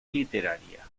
literaria